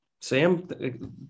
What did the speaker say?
Sam